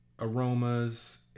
aromas